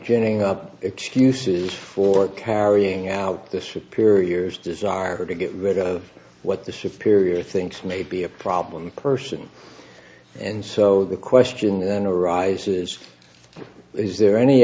joining up excuses for carrying out the superiors desire to get rid of what the superior thinks may be a problem person and so the question then arises is there any